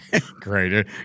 Great